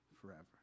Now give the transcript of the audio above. forever